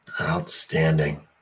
Outstanding